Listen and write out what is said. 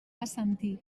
assentir